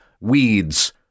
weeds